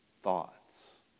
thoughts